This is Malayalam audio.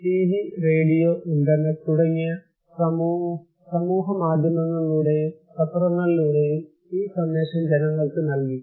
ടിവി റേഡിയോ ഇൻറർനെറ്റ് തുടങ്ങിയ സമൂഹമാധ്യമങ്ങളിലൂടെ പത്രത്തിലൂടെയും ഈ സന്ദേശം ജനങ്ങൾക്ക് നൽകി